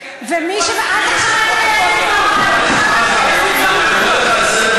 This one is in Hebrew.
רגע, עד עכשיו, חבר הכנסת חזן,